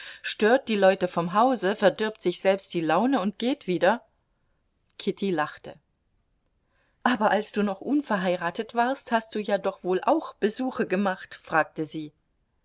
stört die leute vom hause verdirbt sich selbst die laune und geht wieder kitty lachte aber als du noch unverheiratest warst hast du ja doch wohl auch besuche gemacht fragte sie